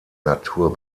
natur